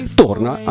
torna